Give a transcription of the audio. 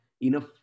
enough